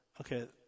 Okay